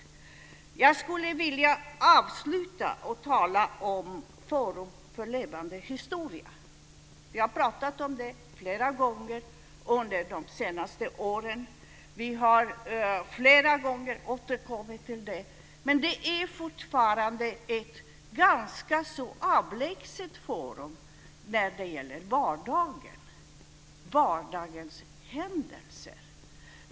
Jag skulle vilja avsluta med att tala om Forum för levande historia. Vi har pratat om det flera gånger under de senaste åren. Men det är fortfarande ett ganska avlägset forum när det gäller vardagen och vardagens händelser.